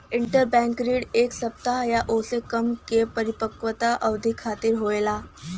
interbank ऋण एक सप्ताह या ओसे कम क परिपक्वता अवधि खातिर होला